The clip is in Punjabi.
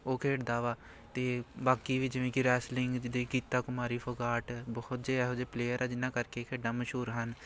ਉਹ ਖੇਡਦਾ ਵਾ ਅਤੇ ਬਾਕੀ ਵੀ ਜਿਵੇਂ ਕਿ ਰੈਸਲਿੰਗ ਜਿੱਦਾਂ ਗੀਤਾ ਕੁਮਾਰੀ ਫੋਗਾਟ ਬਹੁਤ ਜਿਹੇ ਇਹੋ ਜਿਹੇ ਪਲੇਅਰ ਆ ਜਿਨ੍ਹਾਂ ਕਰਕੇ ਖੇਡਾਂ ਮਸ਼ਹੂਰ ਹਨ